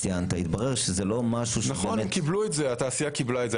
התברר שזה לא משהו- - התעשייה קיבלה את זה,